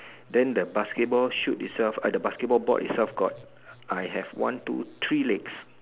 then the basketball shot itself at the basket ball board itself got I have one two three legs